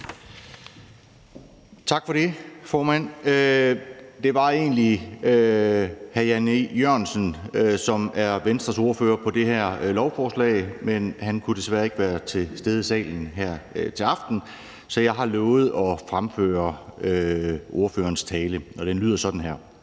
Tak for det, formand. Det er egentlig hr. Jan E. Jørgensen, som er Venstres ordfører på det her lovforslag, men han kunne desværre ikke være til stede i salen her til aften, så jeg har lovet at fremføre ordførerens tale, og den lyder sådan her: